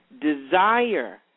Desire